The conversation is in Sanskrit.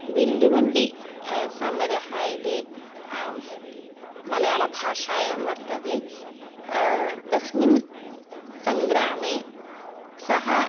विल्लुवण्डि समरः इति मलयाळभाषायां वर्तते तस्मिन् सङ्ग्रामे सः